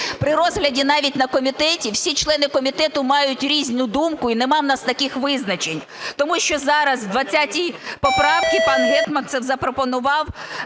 При розгляді навіть на комітеті всі члени комітету мають різну думку, і нема в нас таких визначень. Тому що зараз в 20 поправці пан Гетманцев запропонував